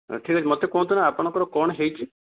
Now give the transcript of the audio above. ଠିକ୍ ଅଛି ମୋତେ କୁହନ୍ତୁ ନା ଆପଣଙ୍କର କ'ଣ ହୋଇଛି